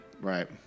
right